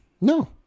No